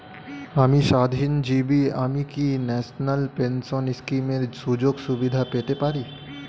আমি স্বাধীনজীবী আমি কি ন্যাশনাল পেনশন স্কিমের সুযোগ সুবিধা পেতে পারি?